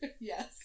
yes